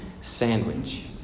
sandwich